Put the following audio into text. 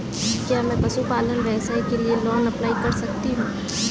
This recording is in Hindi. क्या मैं पशुपालन व्यवसाय के लिए लोंन अप्लाई कर सकता हूं?